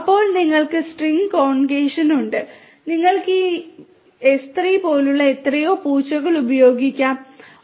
അപ്പോൾ നിങ്ങൾക്ക് സ്ട്രിംഗ് കോൺകണേഷനുണ്ട് നിങ്ങൾക്ക് ഈ s3 പോലെ എത്രയോ പൂച്ചകൾ ഉപയോഗിക്കാനാകും